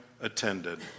attended